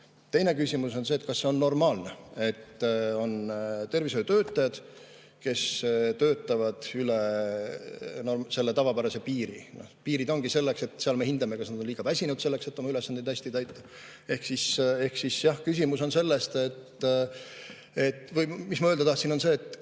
Teine küsimus on see, kas see on normaalne, et on tervishoiutöötajad, kes töötavad üle selle tavapärase piiri. Piirid ongi selleks, et seal me hindame, kas nad on liiga väsinud selleks, et oma ülesandeid hästi täita. Ehk siis jah, mis ma öelda tahtsin, on see, et